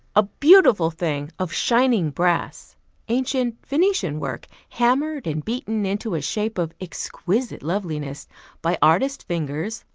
a beautiful thing of shining brass ancient venetian work, hammered and beaten into a shape of exquisite loveliness by artist fingers,